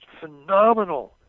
phenomenal